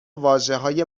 واژههای